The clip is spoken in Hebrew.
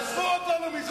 עזבו אותנו מזה.